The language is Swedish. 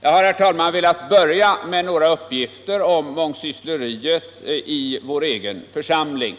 Jag har, herr talman, velat börja med några uppgifter om mångsyssleriet i vår egen församling.